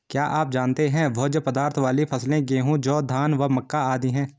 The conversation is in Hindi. क्या आप जानते है भोज्य पदार्थ वाली फसलें गेहूँ, जौ, धान व मक्का आदि है?